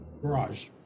garage